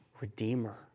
redeemer